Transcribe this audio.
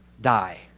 die